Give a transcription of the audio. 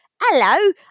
hello